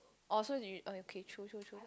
oh so is you oh okay true true true